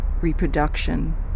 reproduction